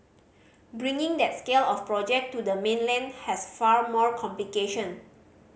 bringing that scale of project to the mainland has far more complication